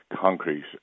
concrete